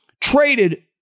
traded